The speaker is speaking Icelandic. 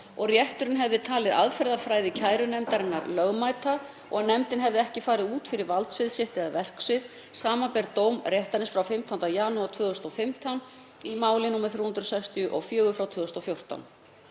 rétturinn hefði talið aðferðafræði kærunefndarinnar lögmæta og að nefndin hefði ekki farið út fyrir valdsvið sitt eða verksvið, samanber dóm réttarins frá 15. janúar 2015 í máli nr. 364/2014.